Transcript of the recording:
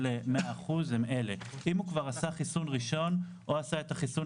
100% הם אלו: עם הוא כבר עשה חיסון ראשון או התחסן בחיסון